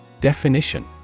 Definition